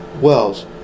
Wells